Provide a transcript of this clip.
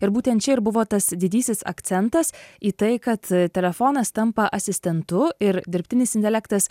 ir būtent čia ir buvo tas didysis akcentas į tai kad telefonas tampa asistentu ir dirbtinis intelektas